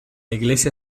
iglesia